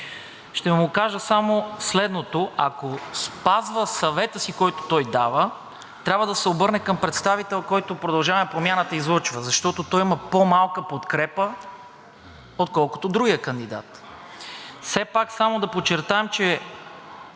ще му кажа само следното. Ако спазва съвета си, който той дава, трябва да се обърне към представител, който „Продължаваме Промяната“ излъчва, защото той има по-малка подкрепа, отколкото другия кандидат. Все пак само да подчертаем, че